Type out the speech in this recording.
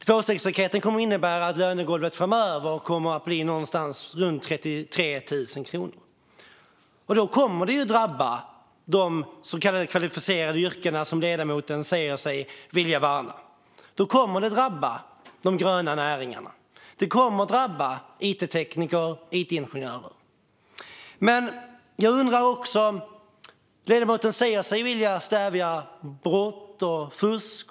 Tvåstegsraketen kommer att innebära att lönegolvet framöver kommer att ligga någonstans runt 33 000 kronor, och det kommer ju att drabba de så kallade kvalificerade yrken som ledamoten säger sig vilja värna. Det kommer att drabba de gröna näringarna. Det kommer att drabba it-tekniker och it-ingenjörer. Jag undrar också över att ledamoten säger sig vilja stävja brott och fusk.